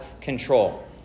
control